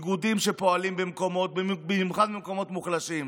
איגודים שפועלים במקומות, במיוחד במקומות מוחלשים.